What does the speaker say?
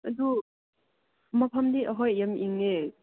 ꯑꯗꯨ ꯃꯐꯝꯗꯤ ꯍꯣꯏ ꯌꯥꯝ ꯏꯪꯉꯦ